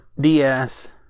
DS